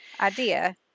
idea